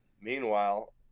Meanwhile